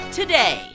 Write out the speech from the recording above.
today